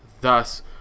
Thus